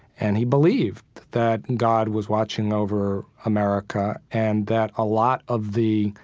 and he believed that god was watching over america, and that a lot of the